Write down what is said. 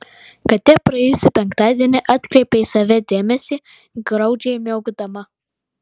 katė praėjusį penktadienį atkreipė į save dėmesį graudžiai miaukdama